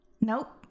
Nope